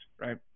right